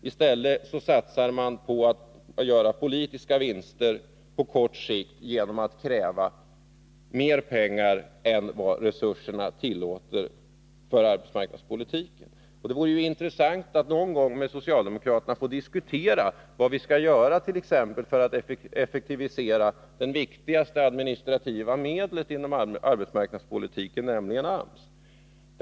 I stället satsar man på att göra politiska vinster på kort sikt genom att kräva mer pengar än vad resurserna tillåter. Det vore ju intressant att någon gång med socialdemokraterna få diskutera vad vi skall göra för att effektivisera det viktigaste administrativa medlet inom arbetsmarknadspolitiken, nämligen AMS.